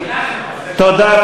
תודה.